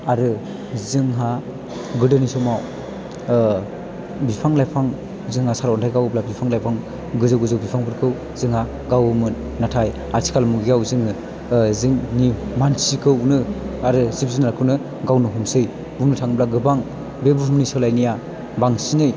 आरो जोंहा गोदोनि समाव बिफां लाइफां जोंहा सारन्थाइ गावोब्ला बिफां लाइफां गोजौ गोजौ बिफांफोरखौ जोंहा गावोमोन नाथाय आथिखाल मुगायाव जोङो जोंनि मानसिखौनो आरो जिब जुनारखौनो गावनो हमसै बुंनो थाङोब्ला गोबां बे बुहुमनि सोलायनाया बांसिनै